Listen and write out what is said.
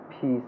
peace